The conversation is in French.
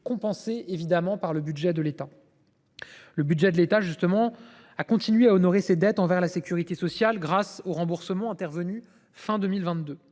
compensés par le budget de l’État. Le budget de l’État a continué à honorer ses dettes envers la sécurité sociale grâce aux remboursements intervenus fin 2022.